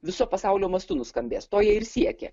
viso pasaulio mastu nuskambės to jie ir siekė